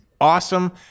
awesome